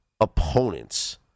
opponents